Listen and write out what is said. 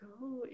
go